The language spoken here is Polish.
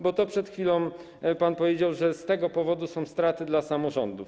Bo to przed chwilą pan powiedział, że z tego powodu są straty dla samorządów.